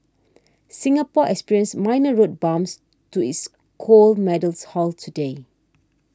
Singapore experienced minor road bumps to its gold medals haul today